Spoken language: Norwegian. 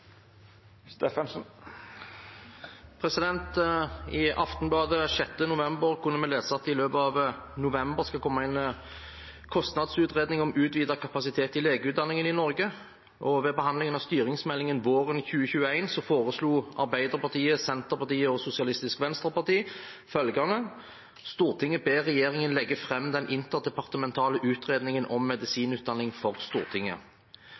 Aftenbladet 6. november kunne vi lese at det i løpet av november skal komme en kostnadsutredning om utvidet kapasitet i legeutdanningen i Norge. Ved behandlingen av styringsmeldingen våren 2021 foreslo Arbeiderpartiet, Senterpartiet og Sosialistisk Venstreparti følgende: «Stortinget ber regjeringen legge frem den interdepartementale utredningen om medisinutdanning for Stortinget.»